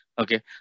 Okay